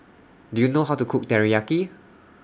Do YOU know How to Cook Teriyaki